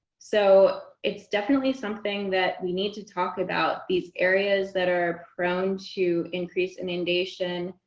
so it's definitely something that we need to talk about these areas that are prone to increased inundation,